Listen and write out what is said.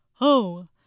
Oh